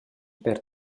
per